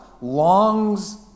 longs